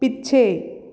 ਪਿੱਛੇ